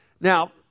Now